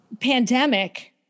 pandemic